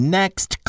next